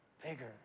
bigger